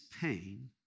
pain